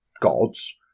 gods